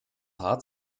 haar